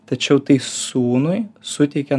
tačiau tai sūnui suteikia